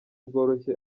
bworoshye